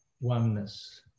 oneness